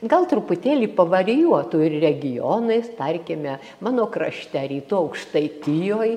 gal truputėlį pavarijuotų ir regionais tarkime mano krašte rytų aukštaitijoj